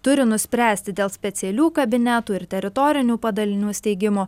turi nuspręsti dėl specialių kabinetų ir teritorinių padalinių steigimo